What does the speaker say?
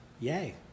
Yay